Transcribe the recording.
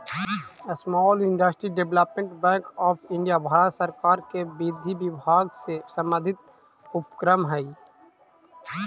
small industries development bank of India Bharat सरकार के विधि विभाग से संबंधित उपक्रम हइ